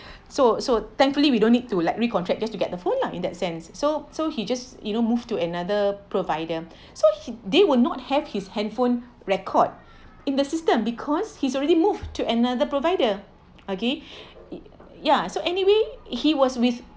so so thankfully we don't need to like recontract just to get the phone lah in that sense so so he just you know move to another provider so he they will not have his handphone record in the system because he's already moved to another provider okay ya so anyway he was with